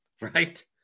Right